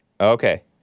Okay